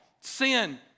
sin